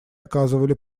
оказывали